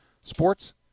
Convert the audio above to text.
sports